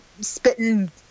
spitting